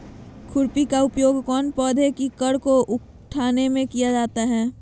खुरपी का उपयोग कौन पौधे की कर को उठाने में किया जाता है?